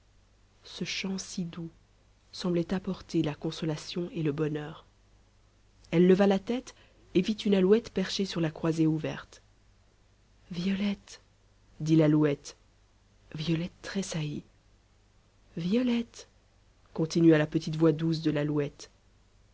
ce chant si doux semblait apporter la consolation et le bonheur elle leva la tête et vit une alouette perchée sur la croisée ouverte violette dit l'alouette violette tressaillit violette continua la petite voix douce de l'alouette